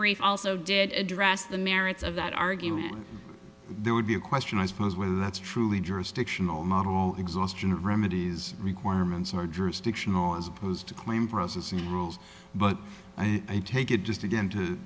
brief also did address the merits of that argument there would be a question i suppose whether that's truly jurisdictional model exhaustion or remedies requirements are jurisdictional as opposed to claim processing rules but i take it just again to